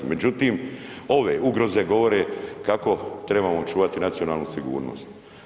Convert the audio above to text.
Međutim, ove ugroze govore kako trebamo čuvati nacionalnu sigurnost.